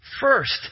First